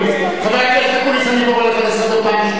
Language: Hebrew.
חבר הכנסת אקוניס, אני קורא אותך לסדר פעם שנייה.